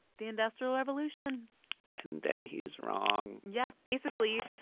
the industrial revolution and then he's wrong yeah. basically,